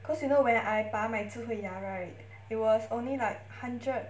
cause you know when I 拔 my 智慧牙 right it was only like hundred